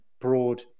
Broad